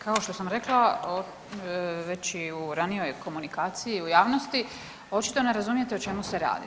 Kao što sam rekla već i u ranijoj komunikaciji u javnosti očito ne razumijete o čemu se radi.